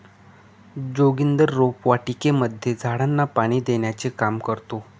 जोगिंदर रोपवाटिकेमध्ये झाडांना पाणी देण्याचे काम करतो